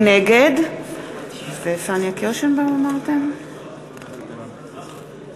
(קוראת בשמות חברי הכנסת)